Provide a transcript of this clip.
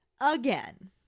again